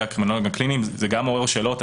הקרימינולוגים הקליניים זה גם דבר שמעורר שאלות.